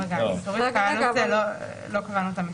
באיסור התקהלות לא קבענו את המספר.